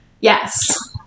yes